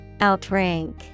Outrank